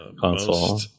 console